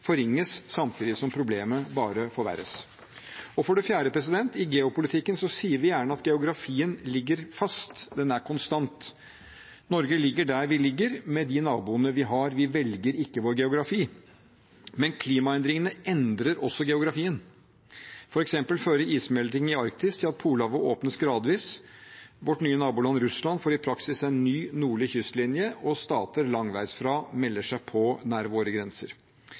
forringes samtidig som problemet bare forverres. Og for det fjerde: I geopolitikken sier vi gjerne at geografien ligger fast, den er konstant. Norge ligger der vi ligger, med de naboene vi har. Vi velger ikke vår geografi. Men klimaendringene endrer også geografien. For eksempel fører issmelting i Arktis til at Polhavet åpnes gradvis. Vårt naboland Russland får i praksis en ny nordlig kystlinje, og stater langveisfra melder seg på nær våre grenser.